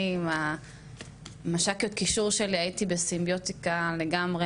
אני עם מש"ק הקישור שלי הייתי בסימביוטיקה לגמרי,